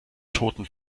toten